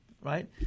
right